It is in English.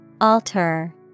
Alter